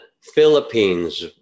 Philippines